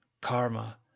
karma